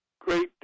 Great